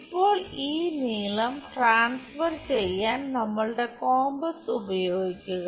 ഇപ്പോൾ ഈ നീളം ട്രാൻസ്ഫർ ചെയ്യാൻ നമ്മളുടെ കോമ്പസ് ഉപയോഗിക്കുക